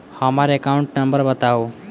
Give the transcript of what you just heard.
हम्मर account number बताऊ?